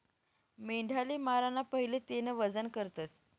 मेंढाले माराना पहिले तेनं वजन करतस